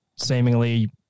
Seemingly